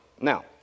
Now